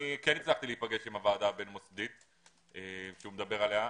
אני כן הצלחתי להיפגש עם הוועדה הבין-מוסדית שהוא מדבר עליה,